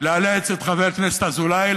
אתה הרי אופורטוניסט ידוע.